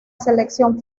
selección